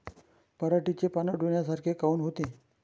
पराटीचे पानं डोन्यासारखे काऊन होते?